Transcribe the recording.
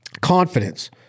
confidence